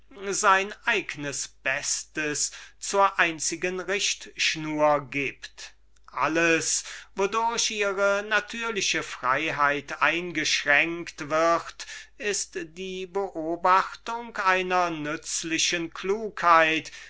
sein eignes bestes zur einzigen richtschnur gibt alles wodurch ihre natürliche freiheit eingeschränkt wird ist die beobachtung einer nützlichen klugheit